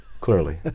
Clearly